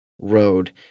Road